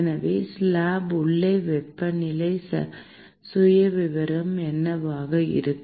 எனவே ஸ்லாப் உள்ளே வெப்பநிலை சுயவிவரம் என்னவாக இருக்கும்